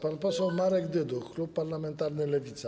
Pan poseł Marek Dyduch, klub parlamentarny Lewica.